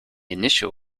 initial